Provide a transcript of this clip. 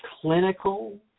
clinical